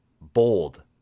bold